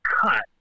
cut